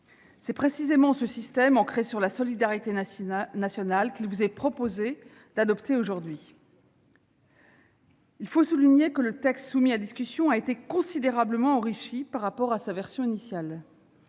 C'est précisément ce système, ancré sur la solidarité nationale, qu'il vous est aujourd'hui proposé d'adopter. Il faut souligner que le texte soumis à votre discussion a été considérablement enrichi par rapport à sa version initiale,